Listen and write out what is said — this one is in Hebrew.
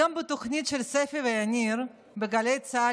היום בתוכנית של ספי ויניר בגלי צה"ל